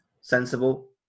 sensible